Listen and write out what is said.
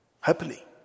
Happily